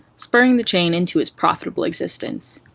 spurring the chain into its profitable existence.